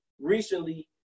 Recently